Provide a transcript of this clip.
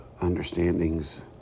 understandings